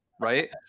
Right